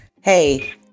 hey